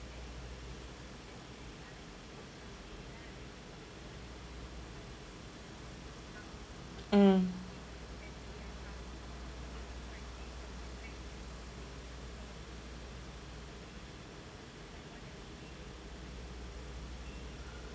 mm